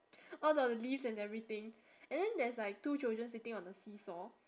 all the leaves and everything and then there's like two children sitting on the seesaw